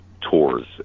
tours